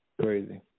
crazy